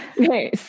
Okay